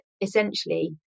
essentially